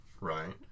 Right